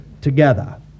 together